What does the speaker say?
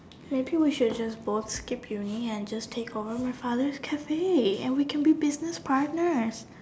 maybe we should just both skip uni and just take over my father's cafe and we can be business partners